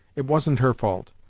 it wasn't her fault,